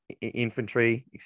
infantry